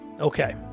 Okay